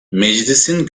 meclisin